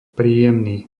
príjemný